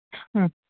ಹ್ಞೂ